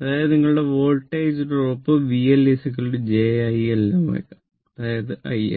അതായത് നിങ്ങളുടെ voltage drop VL j I L ω അതായത് IXL